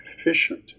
efficient